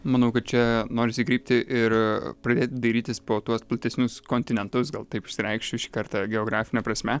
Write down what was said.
manau kad čia norisi krypti ir pradėti dairytis po tuos platesnius kontinentus gal taip išsireikšiu šį kartą geografine prasme